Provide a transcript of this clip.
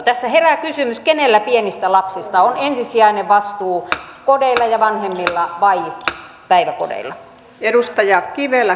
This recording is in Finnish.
tässä herää kysymys kenellä pienistä lapsista on ensisijainen vastuu kodeilla ja vanhemmilla vai päiväkodeilla